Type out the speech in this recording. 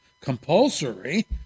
compulsory